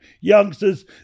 youngsters